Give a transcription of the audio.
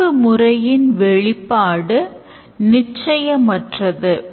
ஆய்வு முறையின் வெளிப்பாடு நிச்சயமற்றது